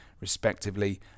respectively